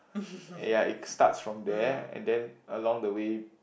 eh ya it starts from there and then along the way